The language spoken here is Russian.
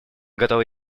готовы